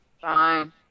Fine